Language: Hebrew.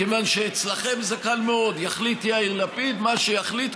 מכיוון שאצלכם זה קל מאוד: יחליט יאיר לפיד מה שיחליט,